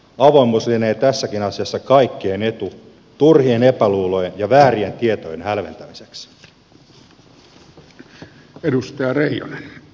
avoimuus lienee tässäkin asiassa kaikkien etu turhien epäluulojen ja väärien tietojen hälventämiseksi